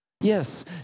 Yes